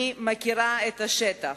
אני מכירה את השטח.